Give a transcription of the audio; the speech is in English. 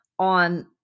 on